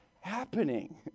happening